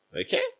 Okay